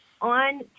on